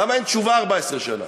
למה אין תשובה 14 שנה?